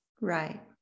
Right